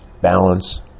balance